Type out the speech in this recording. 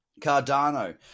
Cardano